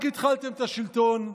רק התחלתם את השלטון,